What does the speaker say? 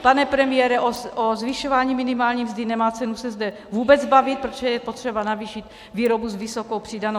Pane premiére, o zvyšování minimální mzdy nemá cenu se zde vůbec bavit, protože je potřeba navýšit výrobu s vysokou přidanou hodnotou.